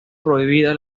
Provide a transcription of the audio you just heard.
prohibida